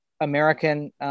American